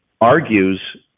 argues